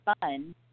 fun